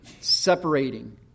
separating